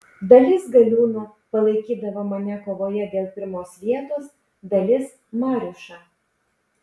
dalis galiūnų palaikydavo mane kovoje dėl pirmos vietos dalis mariušą